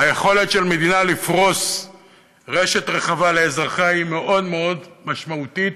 היכולת של מדינה לפרוס רשת רחבה לאזרחיה היא מאוד מאוד משמעותית,